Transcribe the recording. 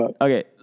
Okay